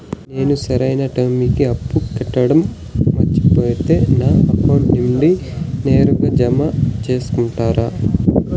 నేను సరైన టైముకి అప్పు కట్టడం మర్చిపోతే నా అకౌంట్ నుండి నేరుగా జామ సేసుకుంటారా?